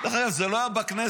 דרך אגב, זה לא היה בכנסת.